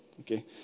Okay